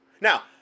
Now